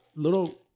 Little